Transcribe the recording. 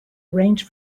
arrange